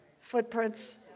footprints